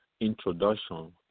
introduction